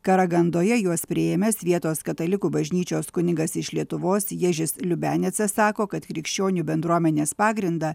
karagandoje juos priėmęs vietos katalikų bažnyčios kunigas iš lietuvos ježis liubenicas sako kad krikščionių bendruomenės pagrindą